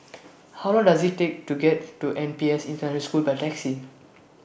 How Long Does IT Take to get to N P S International School By Taxi